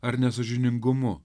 ar nesąžiningumu